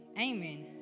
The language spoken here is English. Amen